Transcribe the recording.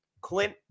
Clint